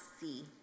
see